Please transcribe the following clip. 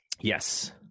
Yes